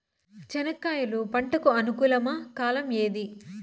చెనక్కాయలు పంట కు అనుకూలమా కాలం ఏది?